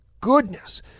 goodness